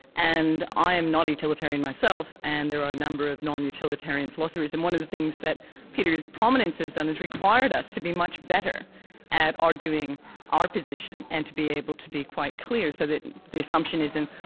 and i am not a utilitarian myself and there are number of non-utilitarian philosophers, and one of the things that peter's prominence has done is required us to be much better at arguing our position and to be able to be quite clear so that the assumption isn't,